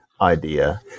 idea